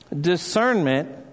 Discernment